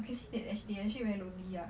okay see they actually they actually very lonely ah